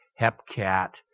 hepcat